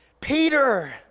Peter